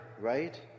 right